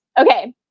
Okay